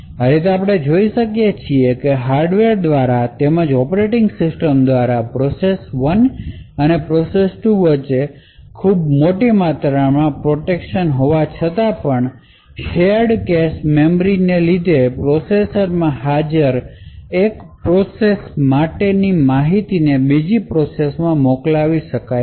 આ રીતે આપણે જોઈ શકીએ છીએ કે હાર્ડવેર દ્વારા તેમજ ઓપરેટિંગ સિસ્ટમ દ્વારા પ્રોસેસ 1 અને પ્રોસેસ 2 વચ્ચે ખૂબ મોટી માત્રામાં પ્રોટેક્શન હોવા છતાં પણ શેર્ડ કેશ મેમરીને લીધે પ્રોસેસરમાં હાજર એક પ્રોસેસ માટે માહિતીને બીજી પ્રોસેસમાં મોકલવી શક્ય છે